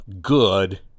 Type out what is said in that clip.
good